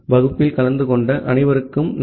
வகுப்பில் கலந்து கொண்ட அனைவருக்கும் நன்றி